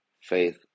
faith